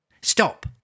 Stop